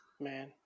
Man